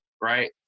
right